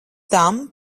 tam